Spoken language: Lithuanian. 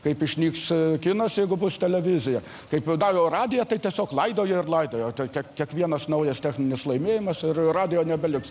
kaip išnyks kinas jeigu bus televizija kaip davė radiją tai tiesiog laidojo ir laidojo tai kiek kiekvienas naujas techninis laimėjimas ir radijo nebeliks